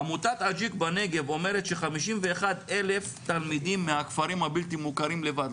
עמותת אג'יק אומרת ש- 51,000 תלמידים מהכפרים הבלתי מוכרים בלבד,